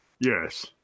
Yes